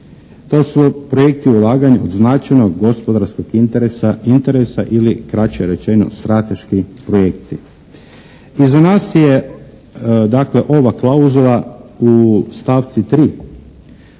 To su projekti ulaganja od značajnog gospodarskog interesa, interesa ili kraće rečeno strateški projekti. Iza nas je dakle ova klauzula u stavci 3.